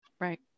Right